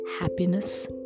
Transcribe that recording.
happiness